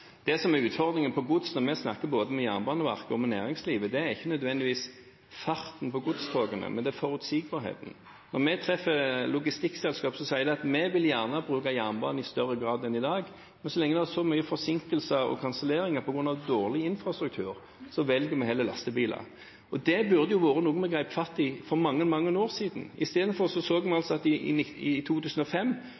Det som er utfordringen innenfor gods når vi snakker både med Jernbaneverket og med næringslivet, er ikke nødvendigvis farten på godstogene, men det er forutsigbarheten. Når vi treffer logistikkselskaper, sier de at de gjerne vil bruke jernbane i større grad enn i dag, men så lenge det er så mye forsinkelser og kanselleringer på grunn av dårlig infrastruktur, velger de heller lastebiler. Dette burde jo ha vært noe vi grep fatt i for mange, mange år siden. Istedenfor ser vi altså at i 2005 var det samlede vedlikeholdsetterslepet på jernbanen på 9,5 mrd. kr. I